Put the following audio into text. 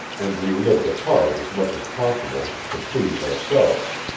and we lived apart as much as possible to please ourselves.